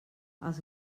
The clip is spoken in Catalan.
els